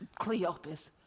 Cleopas